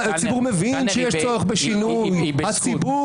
מה היה בסיפור